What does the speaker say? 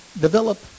develop